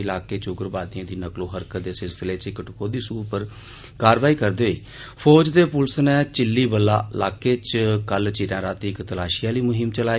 इलाके च उग्रवादियों दी नक्लो हरकत दे सिलसिले च इक टकोहदी सूह पर कारवाई करदे होई फौज ते पुलिस नै चिल्ली वल्ला इलाके च कल चिरें रातीं इक तलाशी आली मुहीम चलाई